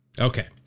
okay